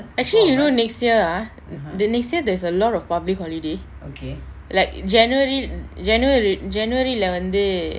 actually you know next year ah the next year there's a lot of public holiday like january january january lah வந்து:vanthu